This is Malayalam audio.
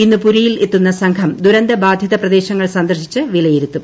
ഇന്ന് പുരിയിൽ എത്തുന്ന സംഘം ദുരന്ത ബാധിത പ്രദേശങ്ങൾ സന്ദർശിച്ച് വിലയിരുത്തും